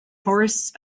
forests